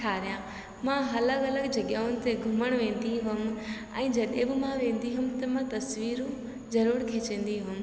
ठारियां मां अलॻि अलॻि जॻहियुनि ते घुमणु वेंदी हुअमि ऐं जॾहिं बि मां वेंदी हुअमि त मां तस्वीरूं ज़रूर खिचंदी हुअमि